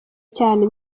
cyane